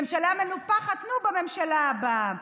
ממשלה מנופחת, נו, בממשלה הבאה.